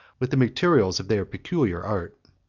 with the materials of their peculiar art.